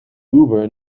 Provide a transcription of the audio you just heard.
uber